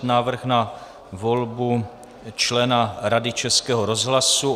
Návrh na volbu členů Rady Českého rozhlasu